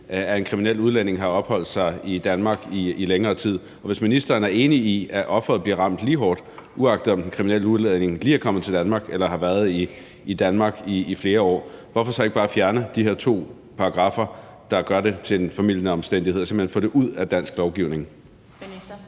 at en kriminel udlænding har opholdt sig i Danmark i længere tid. Hvis ministeren er enig i, at offeret bliver ramt lige hårdt, uagtet om den kriminelle udlænding lige er kommet til Danmark eller har været i Danmark i flere år, hvorfor så ikke bare fjerne de her to paragraffer, der gør det til en formildende omstændighed, og simpelt hen få det ud af dansk lovgivning? Kl.